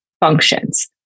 functions